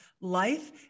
life